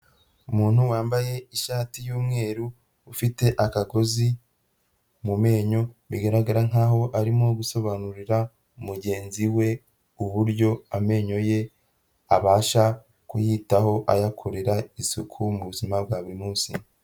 Umuntu wambaye ishati y'umweru ufite akagozi mu menyo, bigaragara nkaho arimo gusobanurira mugenzi we uburyo amenyo ye abasha kuyitaho ayakorera isuku, mu buzima bwa buri munsi.